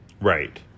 Right